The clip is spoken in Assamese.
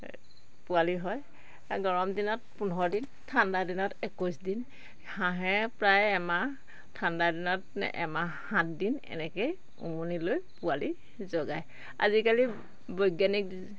পোৱালী হয় গৰমদিনত পোন্ধৰ দিন ঠাণ্ডাদিনত একৈছ দিন হাঁহে প্ৰায় এমাহ ঠাণ্ডাদিনত এমাহ সাত দিন এনেকৈ উমনি লৈ পোৱালি জগায় আজিকালি বৈজ্ঞানিক